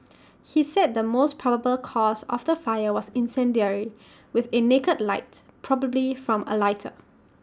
he said the most probable cause of the fire was incendiary with A naked light possibly from A lighter